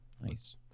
Nice